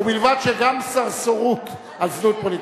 ובלבד שגם סרסרות על זנות פוליטית.